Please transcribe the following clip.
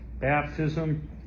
Baptism